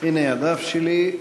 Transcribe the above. הדף שלי.